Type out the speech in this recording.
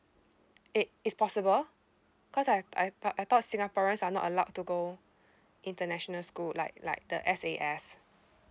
it is possible cause I I thought I thought singaporeans are not allowed to go international school like like the S_A_S